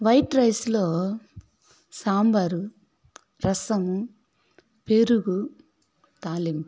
white రైస్లో సాంబారు రసము పెరుగు తాలింపు అప్పడం